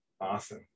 Awesome